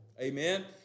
Amen